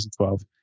2012